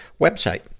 website